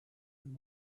and